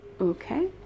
Okay